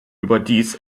überdies